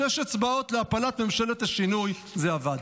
שש אצבעות להפלת ממשלת השינוי, זה עבד.